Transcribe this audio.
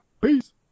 Peace